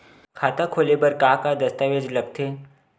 खाता खोले बर का का दस्तावेज लगथे?